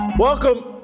Welcome